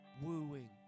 wooing